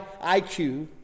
IQ